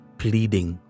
pleading